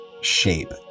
shape